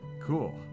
cool